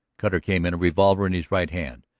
cutter came in, a revolver in his right hand,